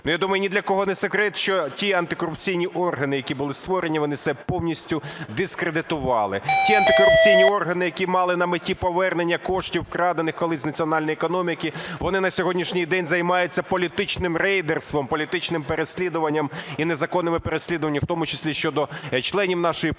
Я думаю, ні для кого не секрет, що ті антикорупційні органи, які були створені, вони себе повністю дискредитували. Ті антикорупційні органи, які мали на меті повернення коштів, вкрадених колись з національної економіки, вони на сьогоднішній день займаються політичним рейдерством, політичним переслідуванням і незаконними переслідуваннями в тому числі щодо членів нашої партії,